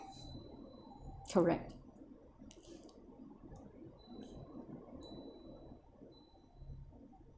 correct